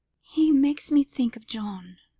he makes me think of john,